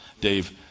Dave